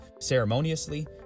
ceremoniously